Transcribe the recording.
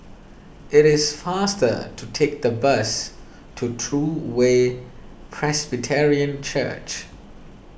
it is faster to take the bus to True Way Presbyterian Church